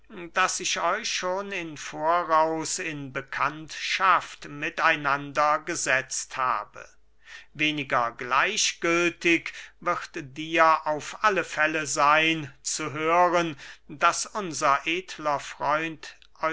daß ich euch schon in voraus in bekanntschaft mit einander gesetzt habe weniger gleichgültig wird dir auf alle fälle seyn zu hören daß unser edler freund